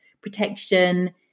protection